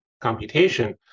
computation